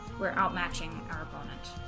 we're out matching our opponent